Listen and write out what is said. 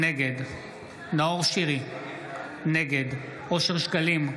נגד נאור שירי, נגד אושר שקלים,